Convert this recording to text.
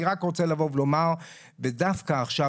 אני רק רוצה לבוא ולומר ודווקא עכשיו,